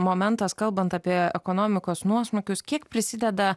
momentas kalbant apie ekonomikos nuosmukius kiek prisideda